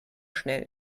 schnell